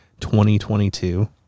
2022